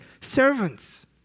servants